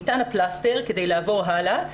ניתן הפלסטר כדי לעבור הלאה,